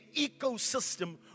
ecosystem